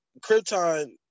Krypton